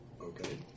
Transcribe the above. Okay